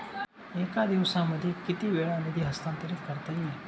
एका दिवसामध्ये किती वेळा निधी हस्तांतरीत करता येईल?